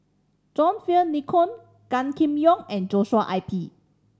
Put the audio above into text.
John Fearn Nicoll Gan Kim Yong and Joshua I P